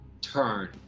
turn